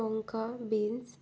टोनका beans